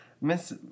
Miss